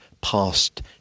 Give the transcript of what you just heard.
past